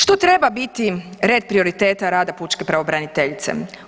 Što treba biti red prioriteta rada pučke pravobraniteljice?